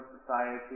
society